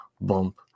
bump